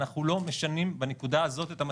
אנחנו לא משנים בנקודה הזאת את המצב.